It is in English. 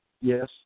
yes